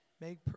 Make